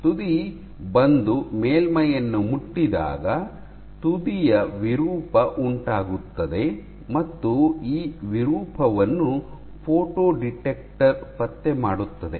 ತುದಿ ಬಂದು ಮೇಲ್ಮೈಯನ್ನು ಮುಟ್ಟಿದಾಗ ತುದಿಯ ವಿರೂಪ ಉಂಟಾಗುತ್ತದೆ ಮತ್ತು ಈ ವಿರೂಪವನ್ನು ಫೋಟೋ ಡಿಟೆಕ್ಟರ್ ಪತ್ತೆ ಮಾಡುತ್ತದೆ